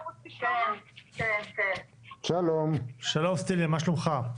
שלום סטיליאן, מה שלומך?